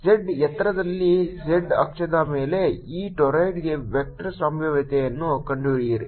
z ಎತ್ತರದಲ್ಲಿ z ಅಕ್ಷದ ಮೇಲೆ ಈ ಟೋರಿಡ್ಗೆ ವೆಕ್ಟರ್ ಸಂಭಾವ್ಯತೆಯನ್ನು ಕಂಡುಹಿಡಿಯಿರಿ